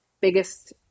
biggest